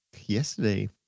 yesterday